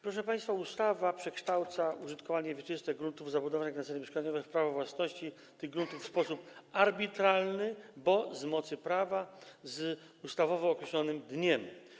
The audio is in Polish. Proszę państwa, ustawa przekształca użytkowanie wieczyste gruntów z zabudową na cele mieszkaniowe w prawo własności tych gruntów w sposób arbitralny, bo z mocy prawa z ustawowo określonym dniem.